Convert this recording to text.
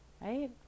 Right